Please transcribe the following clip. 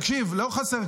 תקשיב, לא חסר.